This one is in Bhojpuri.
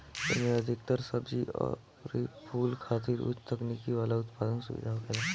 एमे अधिकतर सब्जी अउरी फूल खातिर उच्च तकनीकी वाला उत्पादन सुविधा होखेला